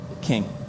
king